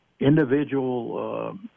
Individual